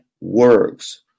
Works